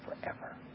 forever